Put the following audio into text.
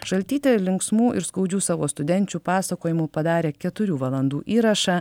šaltytė linksmų ir skaudžių savo studenčių pasakojimų padarė keturių valandų įrašą